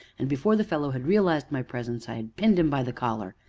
and, before the fellow had realized my presence, i had pinned him by the collar.